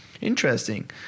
Interesting